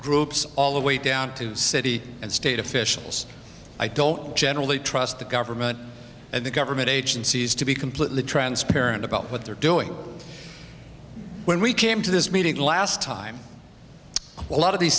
groups all the way down to city and state officials i don't generally trust the government and the government agencies to be completely transparent about what they're doing when we came to this meeting last time a lot of these